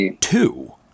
two